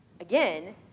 again